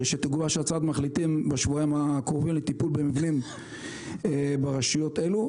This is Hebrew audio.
שתגובש הצעת מחליטים בשבועיים הקרובים לטיפול במבנים ברשויות אלו.